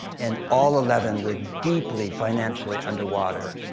and all eleven were deeply financially underwater,